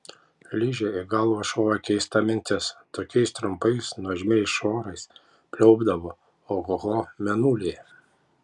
ližei į galvą šovė keista mintis tokiais trumpais nuožmiais šuorais pliaupdavo ohoho mėnulyje